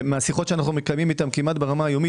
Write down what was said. מהשיחות שאנחנו מקיימים איתם כמעט ברמה היומית